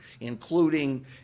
including